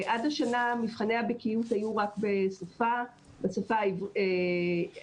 עד השנה מבחני הבקיאות היו רק בשפה ערבית,